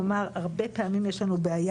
אני גם רוצה לומר שהרבה פעמים יש לנו בעיה